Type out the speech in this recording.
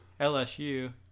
LSU